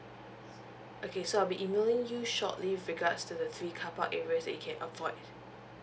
okay so I'll be emailing you shortly with regards to the three carpark areas that you can avoid